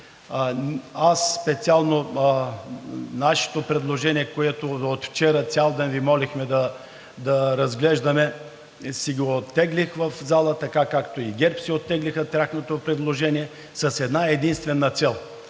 Аз специално и нашето предложение, което вчера цял ден Ви молихме да разглеждаме, си го оттеглих от залата, така както и от ГЕРБ оттеглиха тяхното предложение, с една-единствена цел: